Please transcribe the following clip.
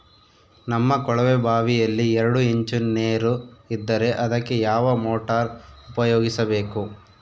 ನಮ್ಮ ಕೊಳವೆಬಾವಿಯಲ್ಲಿ ಎರಡು ಇಂಚು ನೇರು ಇದ್ದರೆ ಅದಕ್ಕೆ ಯಾವ ಮೋಟಾರ್ ಉಪಯೋಗಿಸಬೇಕು?